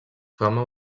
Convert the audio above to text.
fama